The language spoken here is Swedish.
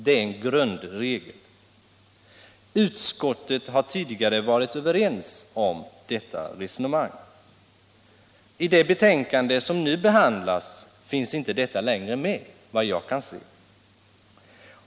Det är en grundregel. Utskottet har tidigare varit överens med oss om detta resonemang. I det betänkande som nu behandlas finns detta inte längre med, vad jag kan se.